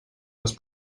les